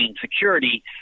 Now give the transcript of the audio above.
security